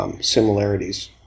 similarities